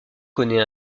connaît